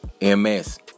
ms